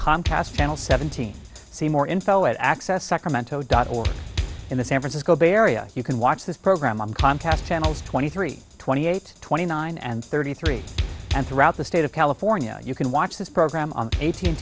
contrast channel seventeen see more info at access sacramento dot org in the san francisco bay area you can watch this program on comcast channels twenty three twenty eight twenty nine and thirty three and throughout the state of california you can watch this program on eighteen